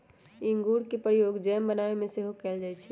इंगूर के प्रयोग जैम बनाबे में सेहो कएल जाइ छइ